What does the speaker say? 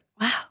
Wow